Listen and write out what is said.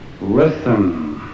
Listen